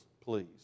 please